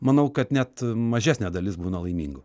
manau kad net mažesnė dalis būna laimingų